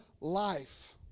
life